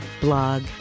blog